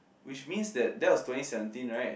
which means that that was twenty seventeen right